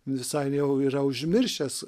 visai jau yra užmiršęs